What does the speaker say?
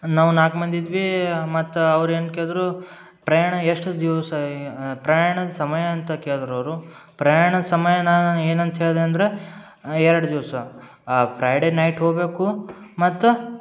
ನಾವು ನಾಲ್ಕು ಮಂದಿ ಇದ್ವಿ ಮತ್ತು ಅವರು ಏನು ಕೇಳಿದರು ಪ್ರಯಾಣ ಎಷ್ಟು ದಿವಸ ಏ ಪ್ರಯಾಣದ ಸಮಯ ಅಂತ ಕೇಳಿದರು ಅವರು ಪ್ರಯಾಣದ ಸಮಯ ನಾ ಏನಂತ ಹೇಳಿದೆ ಅಂದರೆ ಎರಡು ದಿವಸ ಫ್ರೈಡೇ ನೈಟ್ ಹೋಗಬೇಕು ಮತ್ತು